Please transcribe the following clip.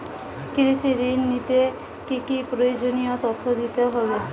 কৃষি ঋণ নিতে কি কি প্রয়োজনীয় তথ্য দিতে হবে?